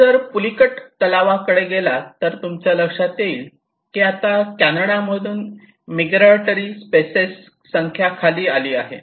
तुम्ही जर पुलिकट तलावाकडे गेलात तर तुमच्या लक्षात येईल की आता कॅनडामधून मिग्रॅटोरी स्पेसएस संख्या खाली आली आहे